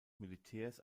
militärs